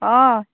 অঁ